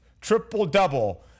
triple-double